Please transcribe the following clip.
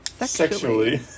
Sexually